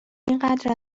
اینقدر